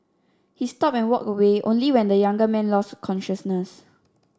he stopped and walked away only when the younger man lost consciousness